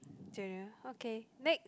okay next